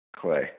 Clay